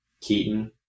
Keaton